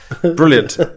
brilliant